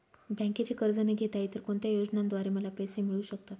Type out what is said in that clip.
बँकेचे कर्ज न घेता इतर कोणत्या योजनांद्वारे मला पैसे मिळू शकतात?